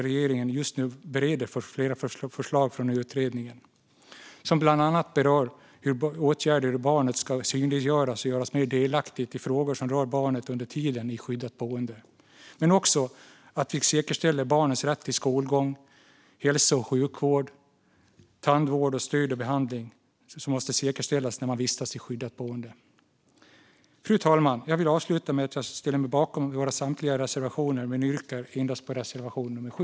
Regeringen bereder just nu flera förslag från utredningen. De berör bland annat åtgärder för hur barnet ska synliggöras och göras mer delaktigt i frågor som rör barnet under tiden i skyddat boende, men också för hur barnens rätt till skolgång, hälso och sjukvård, tandvård, stöd och behandling säkerställs när man vistas i skyddat boende. Fru talman! Jag ställer mig bakom samtliga av våra reservationer men yrkar bifall endast till reservation nummer 7.